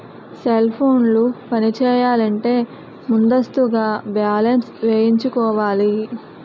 cell ఫోన్లు పనిచేయాలంటే ముందస్తుగా బ్యాలెన్స్ వేయించుకోవాలి